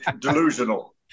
delusional